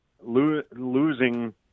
losing